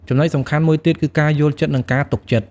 ចំណុចសំខាន់មួយទៀត គឺការយល់ចិត្ត និងការទុកចិត្ត។